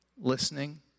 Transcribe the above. listening